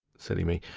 silly me,